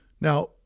Now